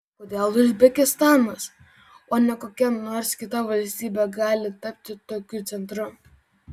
kodėl uzbekistanas o ne kokia nors kita valstybė gali tapti tokiu centru